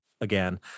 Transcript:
again